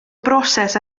broses